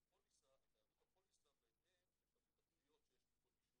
עלות הפוליסה בהתאם לכמות התביעות שיש מכל יישוב.